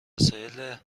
وسایل